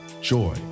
joy